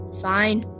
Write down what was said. Fine